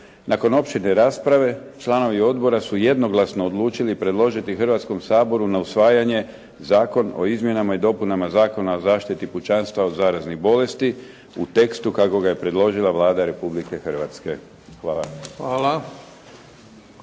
Nakon opširne rasprave članovi odbora su jednoglasno odlučili predložiti Hrvatskom saboru na usvajanje Zakon o izmjenama i dopunama Zakona o zaštiti pučanstva od zaraznih bolesti u tekstu kako ga je predložila Vlada Republike Hrvatske. Hvala.